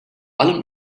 allem